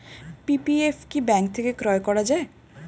PPF কি bank থেকে ক্রয় করা যায়?